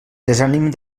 desànim